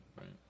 right